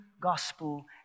gospel